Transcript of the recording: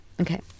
okay